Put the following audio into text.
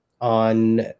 on